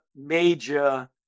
major